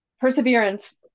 perseverance